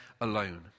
alone